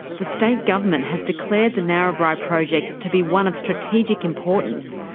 the state government has declared the narrabri project to be one of strategic importance,